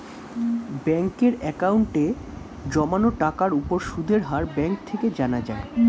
ব্যাঙ্কের অ্যাকাউন্টে জমানো টাকার উপর সুদের হার ব্যাঙ্ক থেকে জানা যায়